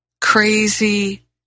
crazy